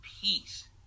peace